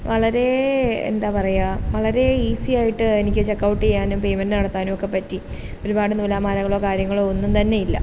വളരെ എന്താണ് പറയുക വളരെ ഈസിയായിട്ട് എനിക്ക് ചെക്ക്ഔട്ട് ചെയ്യാനും പെയ്മെൻ്റ് നടത്താനും ഒക്കെ പറ്റി ഒരുപാട് നൂലാമാലകളോ കാര്യങ്ങളോ ഒന്നും തന്നെയില്ല